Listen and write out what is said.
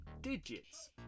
digits